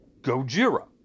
Gojira